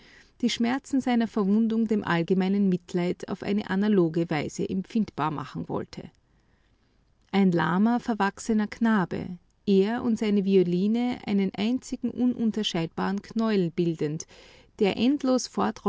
die schmerzen seiner verwundung dem allgemeinen mitleid auf eine analoge weise empfindbar machen wollte ein lahmer verwachsener knabe er und seine violine einen einzigen ununterscheidbaren knäuel bildend der endlos